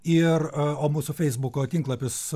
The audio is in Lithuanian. ir o mūsų feisbuko tinklapis